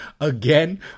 again